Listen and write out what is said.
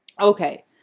Okay